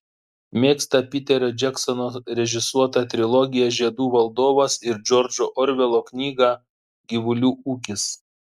mėgsta piterio džeksono režisuotą trilogiją žiedų valdovas ir džordžo orvelo knygą gyvulių ūkis